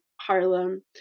Harlem